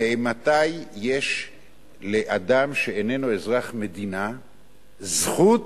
ממתי יש לאדם שאיננו אזרח מדינה זכות